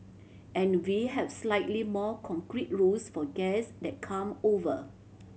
and we have slightly more concrete rules for guests that come over